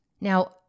Now